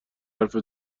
حرف